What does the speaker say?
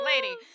lady